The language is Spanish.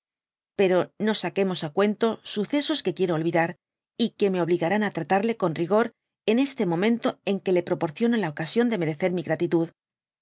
pero no saquemos á catíoio sucesos que quiero olvidar y que me obligarán á tratarle con rigor en este momento en que le proporciono la ocasión de merecer mi gratitud